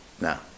No